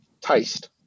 taste